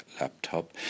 laptop